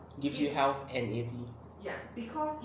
gives you health and A_P